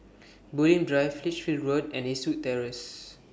Bulim Drive Lichfield Road and Eastwood Terrace